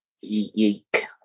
yeek